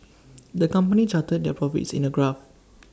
the company charted their profits in A graph